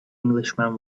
englishman